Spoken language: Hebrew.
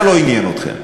זה לא עניין אתכם.